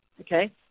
Okay